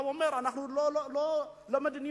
הוא אומר: אנחנו לא בעד מדיניותך.